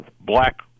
black